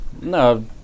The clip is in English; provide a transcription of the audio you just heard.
No